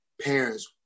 parents